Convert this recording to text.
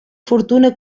fortuna